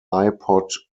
ipod